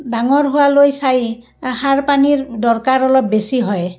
ডাঙৰ হোৱালৈ চাই সাৰ পানীৰ দৰকাৰ অলপ বেছি হয়